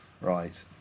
Right